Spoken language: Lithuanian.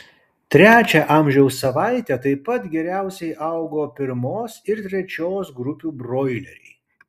trečią amžiaus savaitę taip pat geriausiai augo pirmos ir trečios grupių broileriai